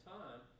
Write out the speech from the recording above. time